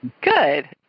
Good